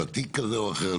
ותיק כזה או אחר,